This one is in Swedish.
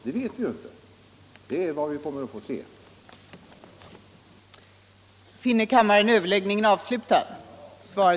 Det vet vi ingenting om nu, men det kommer vi att få se så småningom.